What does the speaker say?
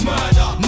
Murder